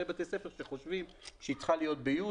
בתי ספר שחושבים שהיא צריכה להיות ב-י'.